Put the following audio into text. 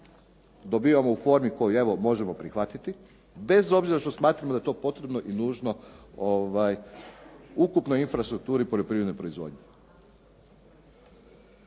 dobivamo u formi koju evo, možemo prihvatiti, bez obzira što smatramo da je to potrebno i nužno u ukupnoj infrastrukturi u poljoprivrednoj proizvodnji.